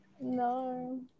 No